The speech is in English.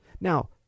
Now